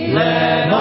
let